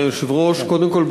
קודם כול,